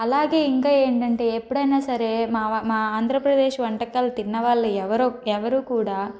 అలాగే ఇంకా ఏంటంటే ఎప్పుడయినా సరే మా వం మా ఆంధ్రప్రదేశ్ వంటకాలు తిన్నవాళ్ళు ఎవరో ఎవరు కూడా